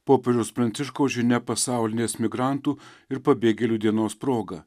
popiežiaus pranciškaus žinia pasaulinės migrantų ir pabėgėlių dienos proga